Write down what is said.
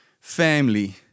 family